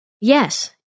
Yes